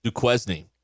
Duquesne